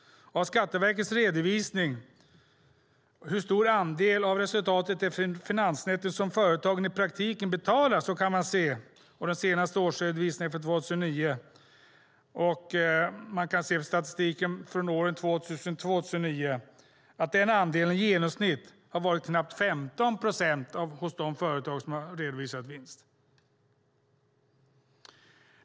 I Skatteverkets redovisning från 2009 av hur stor andel av resultatet efter finansnetto som företagen i praktiken betalar kan man se av statistiken för åren 2000-2009 att denna andel i genomsnitt har varit knappt 15 procent hos de företag som har redovisat vinst.